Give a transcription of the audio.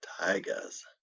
Tigers